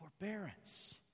forbearance